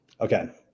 Okay